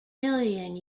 million